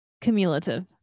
Cumulative